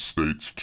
States